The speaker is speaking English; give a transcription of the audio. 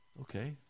okay